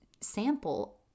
sample